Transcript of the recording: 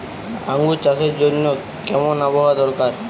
আঙ্গুর চাষের জন্য কেমন আবহাওয়া দরকার?